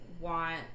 want